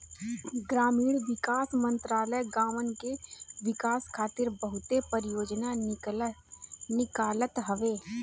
ग्रामीण विकास मंत्रालय गांवन के विकास खातिर बहुते परियोजना निकालत हवे